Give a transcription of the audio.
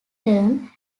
term